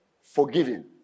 forgiven